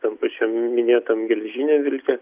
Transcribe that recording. tam pačiam minėtam geležiniam vilke